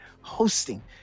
hosting